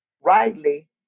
rightly